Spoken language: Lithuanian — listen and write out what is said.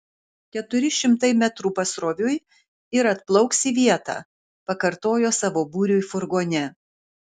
keturi šimtai metrų pasroviui ir atplauks į vietą pakartojo savo būriui furgone